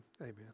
Amen